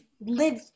live